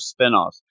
spinoffs